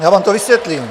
Já vám to vysvětlím.